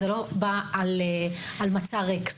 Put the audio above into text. זה לא בא על מצע ריק,